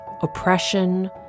oppression